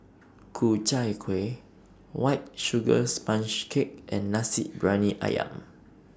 Ku Chai Kueh White Sugar Sponge Cake and Nasi Briyani Ayam